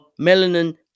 melanin